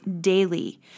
daily